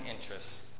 interests